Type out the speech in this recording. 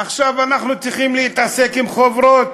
עכשיו אנחנו צריכים להתעסק עם חוברות.